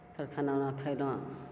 फेर खाना उना खएलहुँ